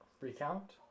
Recount